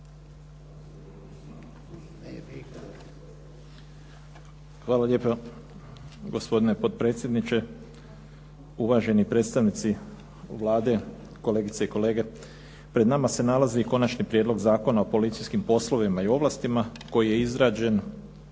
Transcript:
Hvala lijepa. Gospodine potpredsjedniče, uvaženi predstavnici Vlade, kolegice i kolege. Pred nama se nalazi Konačni prijedlog zakona o policijskim poslovima i ovlastima koji je izrađen